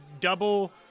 double